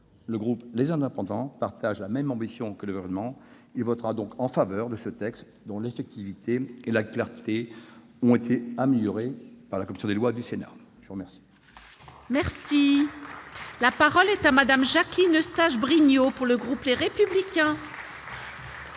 le groupe Les Indépendants partage la même ambition que le Gouvernement. Il votera donc en faveur de ce texte, dont l'effectivité et la clarté ont été améliorées par la commission des lois du Sénat. La parole est à Mme Jacqueline Eustache-Brinio. Madame la présidente,